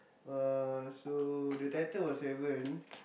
uh so the title was seven